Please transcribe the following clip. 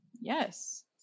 Yes